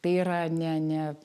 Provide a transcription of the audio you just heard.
tai yra ne ne